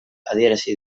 adierazi